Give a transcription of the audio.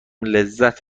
لذت